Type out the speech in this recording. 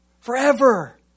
Forever